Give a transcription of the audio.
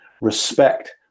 respect